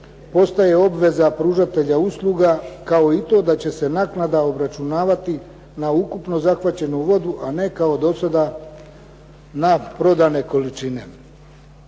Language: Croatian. postaje obveza pružatelja usluga, kao i to da će se naknada obračunavati na ukupno zahvaćenu vodu, a ne kao do sada na prodane količine.